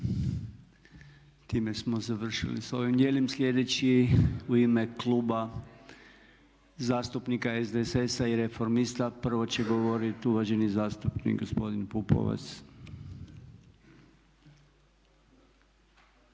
Time smo završili s ovim. Slijedeći u ime Kluba zastupnika SDSS-a i Reformista prvo će govoriti uvaženi zastupnik gospodin Pupovac.